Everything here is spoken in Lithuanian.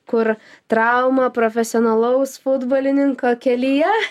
kur trauma profesionalaus futbolininko kelyje